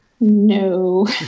No